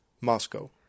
Moscow